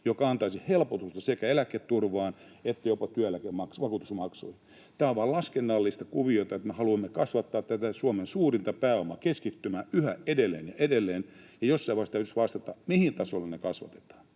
mikä antaisi helpotusta sekä eläketurvaan että jopa työeläkevakuutusmaksuihin. Tämä on vain laskennallista kuviota, että me haluamme kasvattaa tätä Suomen suurinta pääomakeskittymää yhä edelleen ja edelleen. Jossain vaiheessa täytyisi vastata: Mille tasolle ne kasvatetaan?